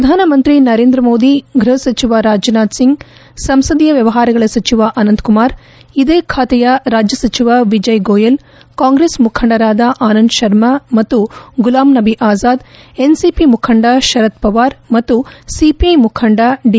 ಪ್ರಧಾನಮಂತ್ರಿ ನರೇಂದ್ರ ಮೋದಿ ಗೃಹಸಚಿವ ರಾಜನಾಥ್ ಸಿಂಗ್ ಸಂಸದೀಯ ವ್ಯವಹಾರಗಳ ಸಚಿವ ಅನಂತಕುಮಾರ್ ಇದೇ ಖಾತೆಯ ರಾಜ್ಯ ಸಚಿವ ವಿಜಯ್ ಗೋಯಲ್ ಕಾಂಗ್ರೆಸ್ ಮುಖಂಡರಾದ ಆನಂದ್ ಶರ್ಮಾ ಮತ್ತು ಗುಲಾಮ್ ನಬಿ ಅಜಾದ್ ಎನ್ಸಿಪಿ ಮುಖಂಡ ಶರದ್ ಪವಾರ್ ಮತ್ತು ಸಿಪಿಐ ಮುಖಂಡ ದಿ